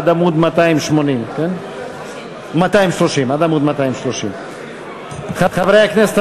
עד עמוד 230. חברי הכנסת,